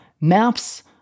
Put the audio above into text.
maps